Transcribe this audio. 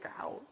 out